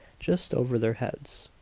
just over their heads!